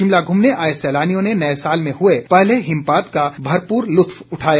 शिमला घूमने आए सैलानियों ने नए साल में हुए पहले हिमपात का भरपूर लुत्फ उठाया